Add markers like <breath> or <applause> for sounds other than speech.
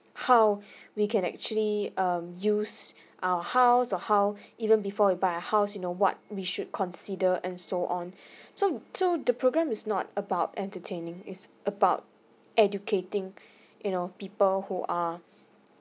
how we can actually um use our house or how even before you buy house you know what we should consider and so on <breath> so so the program is not about entertaining is about educating you know people who are